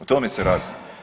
O tome se radi.